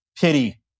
pity